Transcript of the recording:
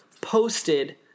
posted